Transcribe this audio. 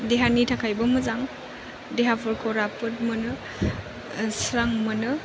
देहानि थाखायबो मोजां देहाफोरखौ राफोद मोनो स्रां मोनो